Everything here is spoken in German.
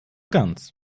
ganz